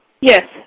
Yes